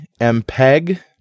mpeg